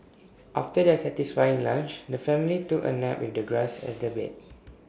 after their satisfying lunch the family took A nap with the grass as their bed